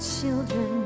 children